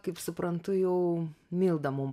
kaip suprantu jau milda mum